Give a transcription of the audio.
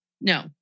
No